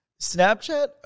Snapchat